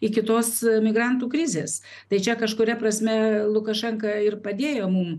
iki tos migrantų krizės tai čia kažkuria prasme lukašenka ir padėjo mum